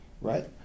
right